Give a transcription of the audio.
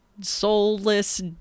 soulless